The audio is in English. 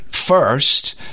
first